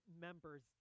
members